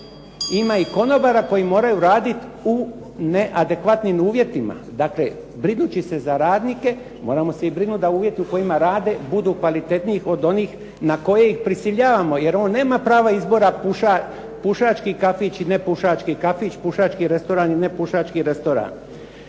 ima i konobara koji moraju raditi u neadekvatnim uvjetima. Dakle, brinući se za radnike moramo se i brinuti da uvjeti u kojima rade budu kvalitetniji od onih na koje ih prisiljavamo. Jer on nema prava izbora pušački kafić i nepušački kafić, pušački restoran i nepušački restoran.